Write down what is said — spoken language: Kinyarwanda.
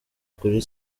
kuri